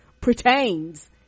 pertains